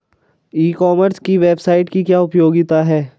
ई commerce की website की क्या उपयोगिता है?